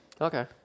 okay